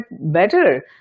better